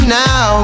now